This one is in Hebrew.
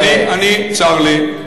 צר לי.